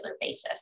basis